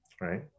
right